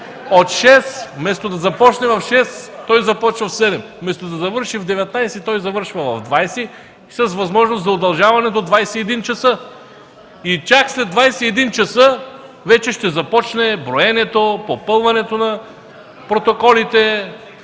така! Вместо да започне в 6,00 ч. той започва в 7,00 ч. Вместо да завърши в 19,00 ч. той завършва в 20,00 ч. с възможност за удължаване до 21,00 ч. И чак след 21,00 ч. вече ще започне броенето, попълването на протоколите.